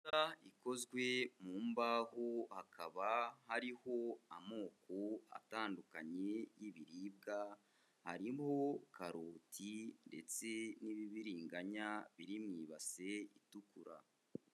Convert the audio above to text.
isanduku ikozwe mu mbaho, hakaba hariho amoko atandukanye y'ibiribwa arimo karoti ndetse n'ibibiringanya. Biri mu ibase itukura.